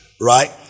right